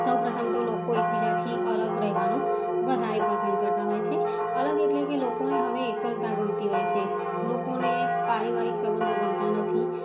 સૌપ્રથમ તો લોકો એક બીજાથી અલગ રહેવાનું વધારે પસંદ કરતા હોય છે અલગ એટલે કે લોકોને એકલતા ગમતી હોય છે લોકોને પારિવારિક સંબંધો ગમતા નથી